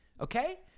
okay